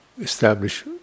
establish